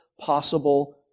possible